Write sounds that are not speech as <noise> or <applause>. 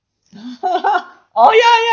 <laughs> oh ya ya